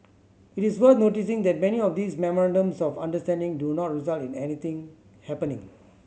it is worth noting that many of these memorandums of understanding do not result in anything happening